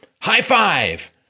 high-five